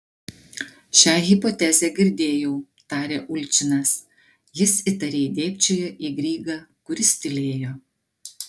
šią hipotezę girdėjau tarė ulčinas jis įtariai dėbčiojo į grygą kuris tylėjo